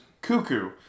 Cuckoo